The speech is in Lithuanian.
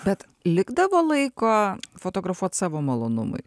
bet likdavo laiko fotografuot savo malonumui